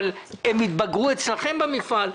אבל הם התבגרו אצלכם במפעל.